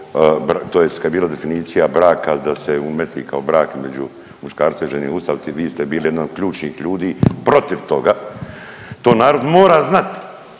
tj. kad je bilo definicija braka da se umetni kao brak među muškarca i žene u Ustav, ti, vi ste bili jedan od ključnih ljudi protiv toga, to narod mora znati!